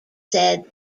said